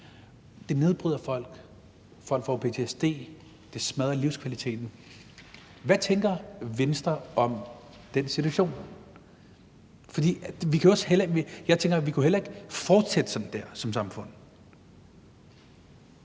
det nedbryder folk, folk får ptsd, det smadrer livskvaliteten. Hvad tænker Venstre om den situation? For vi kan jo ikke fortsætte sådan som samfund.